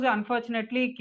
Unfortunately